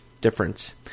difference